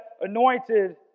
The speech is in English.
anointed